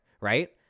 right